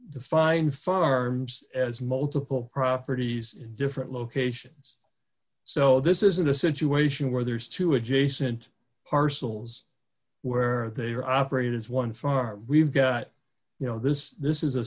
define firearms as multiple properties in different locations so this isn't a situation where there's two adjacent parcels where they are operated as one farm we've got you know this this is a